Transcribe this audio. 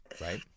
Right